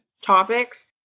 topics